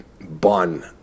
bun